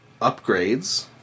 upgrades